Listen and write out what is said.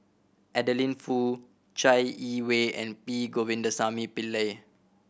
Adeline Foo Chai Yee Wei and P Govindasamy Pillai